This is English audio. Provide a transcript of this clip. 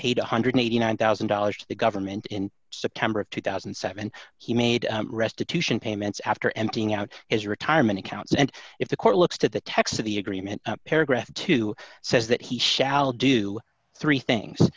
paid one hundred and eighty nine thousand dollars to the government in september of two thousand and seven he made restitution payments after emptying out his retirement accounts and if the court looks at the text of the agreement paragraph two says that he shall do three things